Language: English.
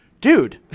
dude